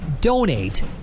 donate